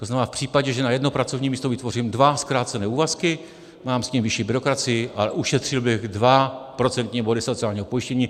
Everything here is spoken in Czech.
To znamená, že v případě, že na jedno pracovní místo vytvořím dva zkrácené úvazky, mám s tím vyšší byrokracii, ale ušetřil bych 2 procentní body sociálního pojištění.